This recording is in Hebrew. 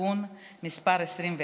תיקון מס' 21),